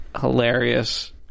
hilarious